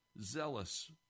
zealous